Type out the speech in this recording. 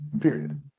Period